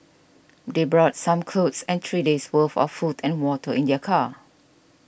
they brought some clothes and three days' worth of food and water in their car